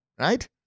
Right